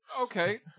okay